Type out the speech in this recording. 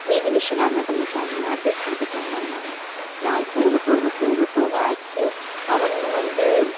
மீதி விஷயம்லா இருந்தால் பேசாதீங்க அட்ஜஸ் பண்ணிட்டு போங்கன்னாங்க நாள் போகப்போக போக போக ஆச்சு அவுங்களும் வந்து